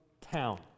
town